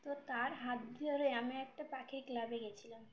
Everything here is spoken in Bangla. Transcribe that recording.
তো তার হাত ধরে আমি একটা পাখির ক্লাবে গিয়েছিলাম